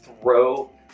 throw